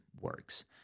works